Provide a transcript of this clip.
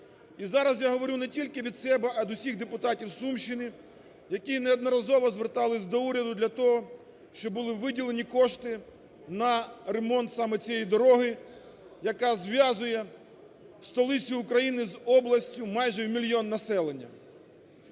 І зараз я говорю не тільки від себе, а від усіх депутатів Сумщини, які неодноразово звертались до уряду для того, щоб були виділені кошти на ремонт саме цієї дороги, яка зв'язує столицю України з областю майже в мільйон населення.